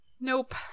nope